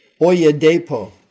Oyedepo